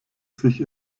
sich